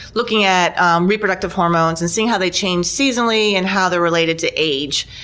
looking at um reproductive hormones and seeing how they change seasonally and how they're related to age.